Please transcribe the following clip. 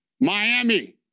Miami